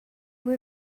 were